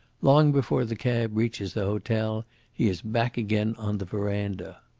long before the cab reaches the hotel he is back again on the verandah.